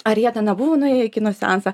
ar jie ten nebuvo nuėję į kino seansą